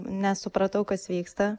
nesupratau kas vyksta